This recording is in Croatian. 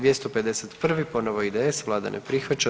251. ponovo IDS, Vlada ne prihvaća.